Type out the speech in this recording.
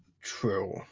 true